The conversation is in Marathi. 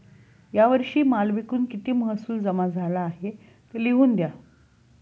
या वर्षी माल विकून किती महसूल जमा झाला आहे, ते लिहून द्या